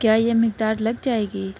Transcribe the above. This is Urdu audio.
کیا یہ مقدار لگ جائے گی